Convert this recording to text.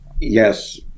Yes